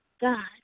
God